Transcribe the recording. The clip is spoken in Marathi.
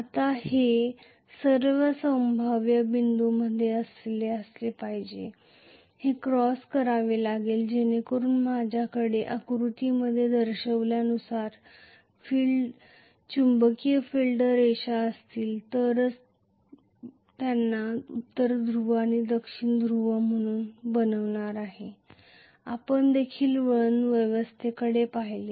आता हे सर्व संभाव्य बिंदूमध्ये असले पाहिजे आणि हे क्रॉस करावे लागेल जेणेकरून माझ्याकडे आकृतीमध्ये दर्शविल्यानुसार चुंबकीय फील्ड रेषा असतील तरच ती त्यांना उत्तर ध्रुव आणि दक्षिण ध्रुव म्हणून बनवणार आहे आपण देखील वळण व्यवस्थेकडे पाहिले